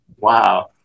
wow